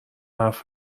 حرف